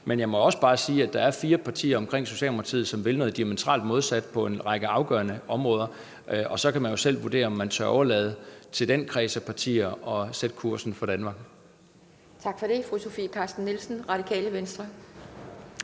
Men jeg må også bare sige, at der er fire partier omkring Socialdemokratiet, som vil noget diametralt modsat på en række afgørende områder, og så kan man jo selv vurdere, om man tør overlade til den kreds af partier at sætte kursen for Danmark. Kl. 11:43 Formanden (Pia Kjærsgaard): Tak for det. Fru Sofie Carsten Nielsen, Radikale Venstre.